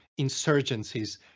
insurgencies